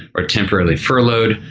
or temporarily furloughed,